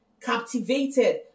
captivated